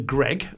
Greg